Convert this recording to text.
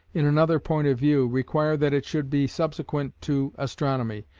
in another point of view, require that it should be subsequent to astronomy,